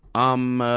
i'm